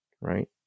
right